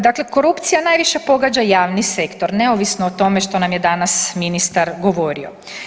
Dakle, korupcija najviše pogađa javni sektor neovisno o tome što nam je danas ministar govorio.